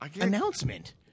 announcement